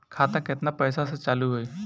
खाता केतना पैसा से चालु होई?